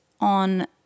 on